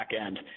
backend